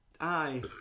Aye